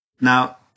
Now